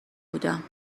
بودم